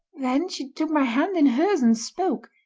then she took my hand in hers and spoke